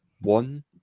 One